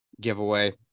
Giveaway